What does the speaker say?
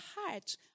heart